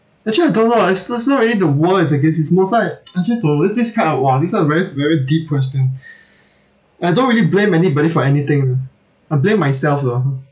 actually I don't know ah it's it's not really the world is against me is mostly like until though is this kind of !wah! this one very very deep question I don't really blame anybody for anything ah I blame myself lah